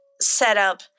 setup